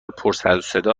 پرسروصدا